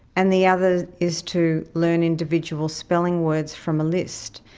and the other is to learn individual spelling words from a list.